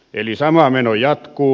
eli sama meno jatkuu